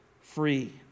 free